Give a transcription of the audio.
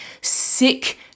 sick